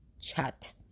chat